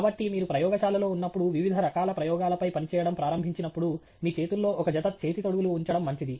కాబట్టి మీరు ప్రయోగశాలలో ఉన్నప్పుడు వివిధ రకాల ప్రయోగాలపై పనిచేయడం ప్రారంభించినప్పుడు మీ చేతుల్లో ఒక జత చేతి తొడుగులు ఉంచడం మంచిది